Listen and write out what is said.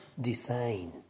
design